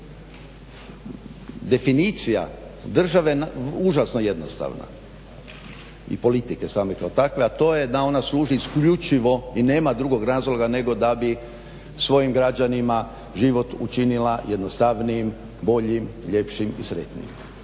definicija države užasno jednostavna i politike same kao takve, a to je da ona služi isključivo i nema drugog razloga nego da bi svojim građanima život učinila jednostavnijim, boljim, ljepšim i sretnijim.